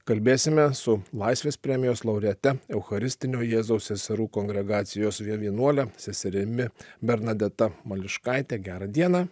kalbėsime su laisvės premijos laureate eucharistinio jėzaus seserų kongregacijos vienuole seserimi bernadeta mališkaite gerą dieną